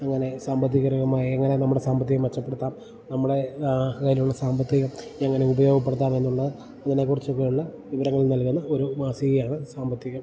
അങ്ങനെ സാമ്പത്തികകരമായി എങ്ങനെ നമ്മുടെ സാമ്പത്തികം മെച്ചപ്പെടുത്താം നമ്മുടെ കയ്യിലുള്ള സാമ്പത്തികം എങ്ങനെ ഉപയോഗപ്പെടുത്താം എന്നുള്ള അതിനെക്കുറിച്ചൊക്കെ ഉള്ള വിവരങ്ങൾ നൽകുന്ന ഒരു മാസികയാണ് സാമ്പത്തികം